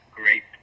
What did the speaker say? great